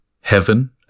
heaven